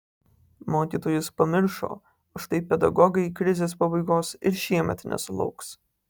mokytojus pamiršo o štai pedagogai krizės pabaigos ir šiemet nesulauks